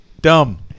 Dumb